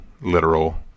literal